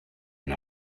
and